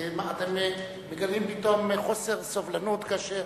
אתם מגלים פתאום חוסר סבלנות כאשר